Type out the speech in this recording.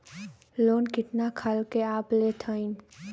Loan कितना खाल के आप लेत हईन?